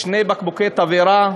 שני בקבוקי תבערה,